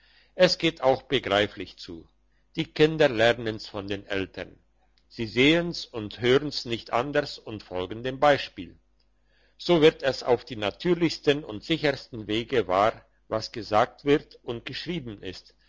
es geht auch begreiflich zu die kinder lernen's von den eltern sie sehen's und hören's nicht anders und folgen dem beispiel so wird es auf die natürlichsten und sichersten wege wahr was gesagt wird und geschrieben ist